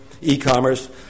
e-commerce